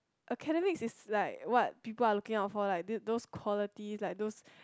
academics is like what people are looking out for like th~ those qualities like those